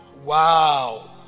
wow